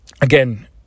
again